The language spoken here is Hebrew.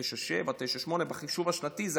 9.7%-9.8%, בחישוב השנתי.